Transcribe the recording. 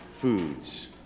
foods